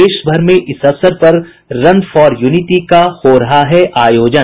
देशभर में इस अवसर पर रन फॉर यूनिटी का हो रहा है आयोजन